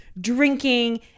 drinking